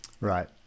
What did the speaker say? right